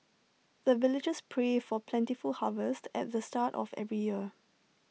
the villagers pray for plentiful harvest at the start of every year